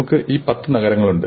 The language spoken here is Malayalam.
നമ്മൾക്ക് ഈ പത്ത് നഗരങ്ങളുണ്ട്